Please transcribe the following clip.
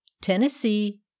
Tennessee